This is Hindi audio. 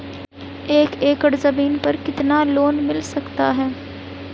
एक एकड़ जमीन पर कितना लोन मिल सकता है?